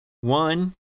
One